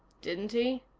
didn't he?